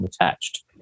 attached